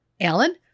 Alan